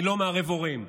אני לא מערב הורים,